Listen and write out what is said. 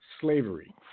Slavery